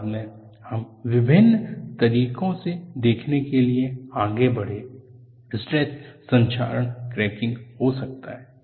बाद में हम विभिन्न तरीकों से देखने के लिए आगे बढ़े स्ट्रेस संक्षारण क्रैकिंग हो सकता है